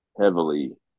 heavily